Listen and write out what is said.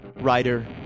writer